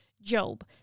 Job